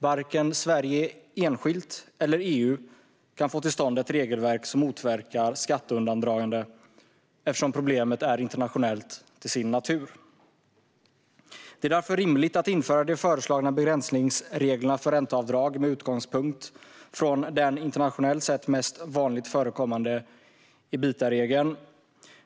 Varken Sverige enskilt eller EU kan få till stånd ett regelverk som motverkar skatteundandragande eftersom problemet är internationellt till sin natur. Det är därför rimligt att införa de föreslagna begränsningsreglerna för ränteavdrag med utgångspunkt från den internationellt sett mest vanligt förekommande ebitdaregeln.